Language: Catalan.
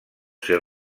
ser